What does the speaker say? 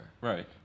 Right